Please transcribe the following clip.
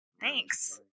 Thanks